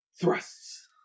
thrusts